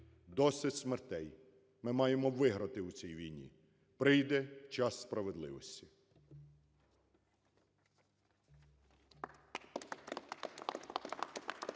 Досить смертей. Ми маємо виграти у цій війні. Прийде час справедливості.